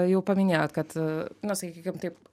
jau paminėjot kad na sakykim taip